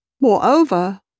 Moreover